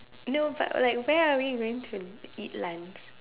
no but like where are we going to eat lunch